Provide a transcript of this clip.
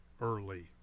early